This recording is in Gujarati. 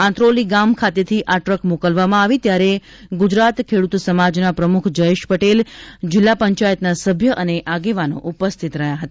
આંત્રોલી ગામ ખાતેથી આ ટ્રક મોકલવામાં આવી ત્યારે ગુજરાત ખેડૂત સમાજના પ્રમ્રખ જયેશ પટેલ જિલ્લા પંચાયતના સભ્ય અને આગેવાનો ઉપસ્થિત રહ્યા હતા